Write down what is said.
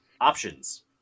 options